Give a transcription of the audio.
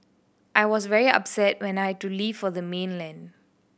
I was very upset when I had to leave for the mainland